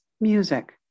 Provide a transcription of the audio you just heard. music